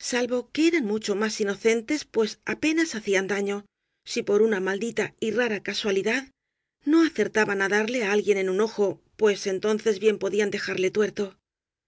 salvo que eran mucho más inocentes pues apenas hacían daño si por una maldita y rara casualidad no acertaban á darle á alguien en un ojo pues en tonces bien podían dejarle tuerto